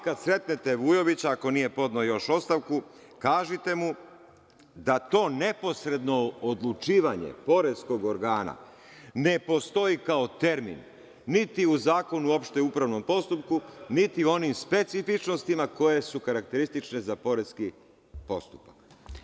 Kada sretnete Vujovića, ako nije podneo još ostavku, kažite mu da to neposredno odlučivanje poreskog organa ne postoji kao termin, niti u Zakonu o opštem upravnom postupku, niti u onim specifičnostima koje su specifične za poreski postupak.